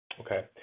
Okay